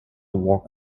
walk